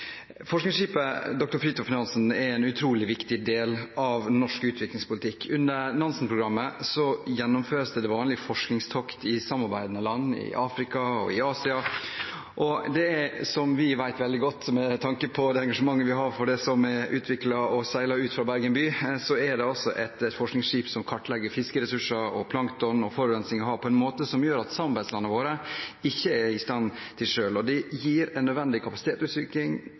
Forskningsskipet «Dr. Fridtjof Nansen» er en utrolig viktig del av norsk utviklingspolitikk. Under Nansen-programmet gjennomføres til vanlig forskningstokt i samarbeid med land i Afrika og Asia. Som vi vet veldig godt, med tanke på det engasjementet vi har for det som er utviklet i og seilt ut fra Bergen by, er det et forskningsskip som kartlegger fiskeressurser, plankton og forurensning i havene på en måte som samarbeidslandene våre ikke er i stand til selv. Det gir en nødvendig